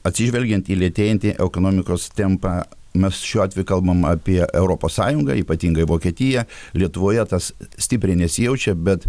atsižvelgiant į lėtėjantį ekonomikos tempą mes šiuo atveju kalbam apie europos sąjungą ypatingai vokietiją lietuvoje tas stipriai nesijaučia bet